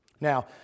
Now